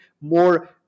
more